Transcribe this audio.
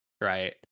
right